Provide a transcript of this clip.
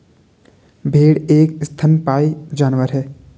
भेड़ एक स्तनपायी जानवर है